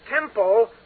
temple